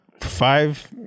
Five